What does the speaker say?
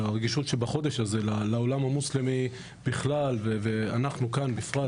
על הרגישות שבחודש הזה לעולם המוסלמי בכלל ואנחנו כאן בפרט,